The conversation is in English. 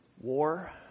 war